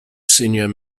senior